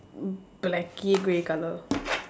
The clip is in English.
blacky grey colour